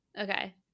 Okay